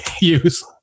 use